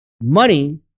money